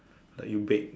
like you bake